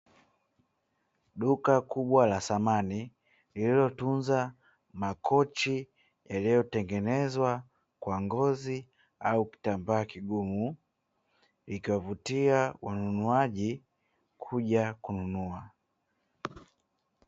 Duka kubwa la samani lililotunza makochi yaliyotengenezwa kwa ngozi au kitambaa kigumu, likiwavutia wateja kuja kununua.